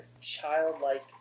childlike